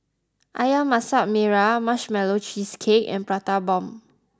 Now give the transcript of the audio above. Ayam Masak Merah Marshmallow Cheesecake and Prata Bomb